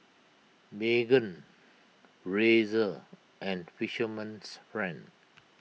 Megan Razer and Fisherman's Friend